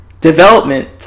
development